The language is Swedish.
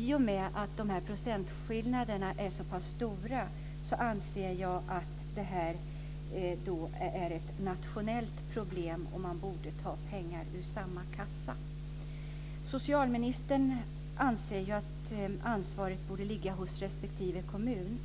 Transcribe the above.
I och med att dessa procentskillnader är så pass stora anser jag att detta är ett nationellt problem och att man borde ta pengar ur samma kassa. Socialministern anser ju att ansvaret borde ligga hos respektive kommun.